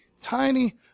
tiny